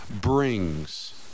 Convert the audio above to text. brings